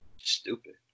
Stupid